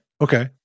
okay